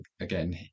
again